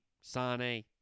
Sane